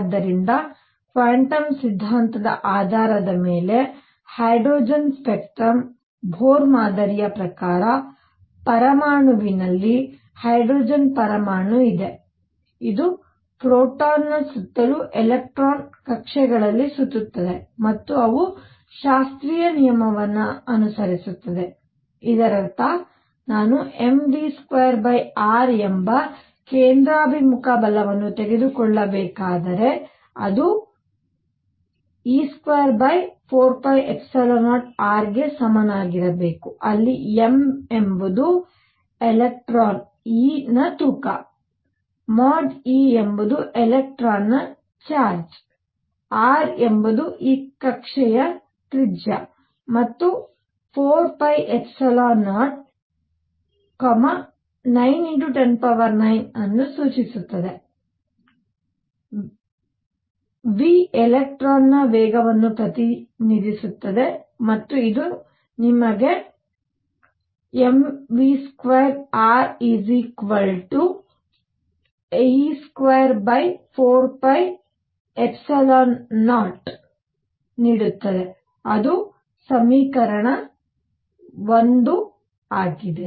ಆದ್ದರಿಂದ ಕ್ವಾಂಟಮ್ ಸಿದ್ಧಾಂತದ ಆಧಾರದ ಮೇಲೆ ಹೈಡ್ರೋಜನ್ ಸ್ಪೆಕ್ಟ್ರಮ್ನ ಬೊರ್ ಮಾದರಿಯ ಪ್ರಕಾರ ಪರಮಾಣುವಿನಲ್ಲಿ ಹೈಡ್ರೋಜನ್ ಪರಮಾಣು ಇದೆ ಇದು ಪ್ರೋಟಾನ್ ಸುತ್ತಲೂ ಎಲೆಕ್ಟ್ರಾನ್ ಕಕ್ಷೆಗಳಲ್ಲಿ ಸುತ್ತುತ್ತದೆ ಮತ್ತು ಅವು ಶಾಸ್ತ್ರೀಯ ನಿಯಮವನ್ನು ಅನುಸರಿಸುತ್ತವೆ ಇದರರ್ಥ ನಾನು mv2r ಎಂಬ ಕೇಂದ್ರಾಭಿಮುಖ ಬಲವನ್ನು ತೆಗೆದುಕೊಳ್ಳಬೇಕಾದರೆ ಅದು e24π0r ಗೆ ಸಮನಾಗಿರಬೇಕು ಅಲ್ಲಿ m ಎಂಬುದು ಎಲೆಕ್ಟ್ರಾನ್ e ನ ತೂಕ mod e ಎಂಬುದು ಎಲೆಕ್ಟ್ರಾನ್ ನ ಚಾರ್ಜ್ r ಎಂಬುದು ಈ ಕಕ್ಷೆಯ ತ್ರಿಜ್ಯ ಮತ್ತು 4 0 9×109 ಸೂಚಿಸತ್ತದೆ v ಎಲೆಕ್ಟ್ರಾನ್ನ ವೇಗವನ್ನು ಪ್ರತಿನಿಧಿಸುತ್ತದೆ ಮತ್ತು ಇದು ನಿಮಗೆ mv2re24π0 ನೀಡುತ್ತದೆ ಅದು ಸಮೀಕರಣ 1 ಆಗಿದೆ